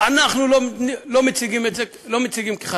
אנחנו לא מציגים את זה כחסם,